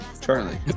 Charlie